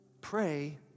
Pray